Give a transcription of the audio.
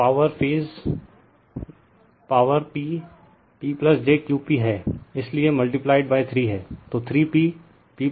तो power phase power P pjQp है इसलिए मल्टीप्लाइड 3 हैं